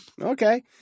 Okay